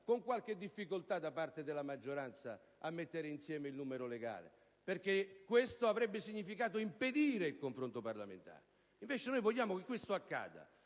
con qualche difficoltà da parte della maggioranza a mettere insieme il numero legale, perché questo avrebbe significato impedire il confronto parlamentare. Noi vogliamo invece che